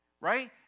right